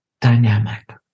dynamic